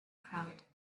crowd